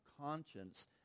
conscience